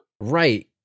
Right